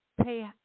pay